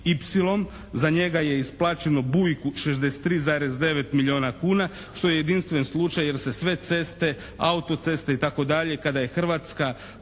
za njega je isplaćeno Bujku 63,9 milijuna kuna što je jedinstven slučaj jer se sve ceste, auto-ceste itd. kada je Hrvatska